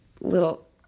little –